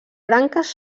branques